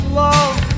love